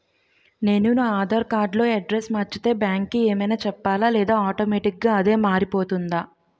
నేను నా ఆధార్ కార్డ్ లో అడ్రెస్స్ మార్చితే బ్యాంక్ కి ఏమైనా చెప్పాలా లేదా ఆటోమేటిక్గా అదే మారిపోతుందా?